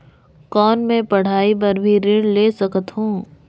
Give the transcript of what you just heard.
कौन मै पढ़ाई बर भी ऋण ले सकत हो?